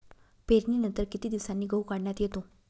पेरणीनंतर किती दिवसांनी गहू काढण्यात येतो?